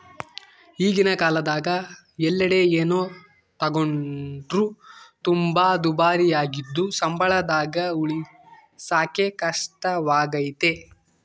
ಈಗಿನ ಕಾಲದಗ ಎಲ್ಲೆಡೆ ಏನೇ ತಗೊಂಡ್ರು ತುಂಬಾ ದುಬಾರಿಯಾಗಿದ್ದು ಸಂಬಳದಾಗ ಉಳಿಸಕೇ ಕಷ್ಟವಾಗೈತೆ